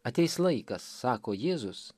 ateis laikas sako jėzus